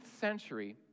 century